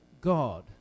God